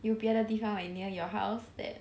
有别的地方 near your house that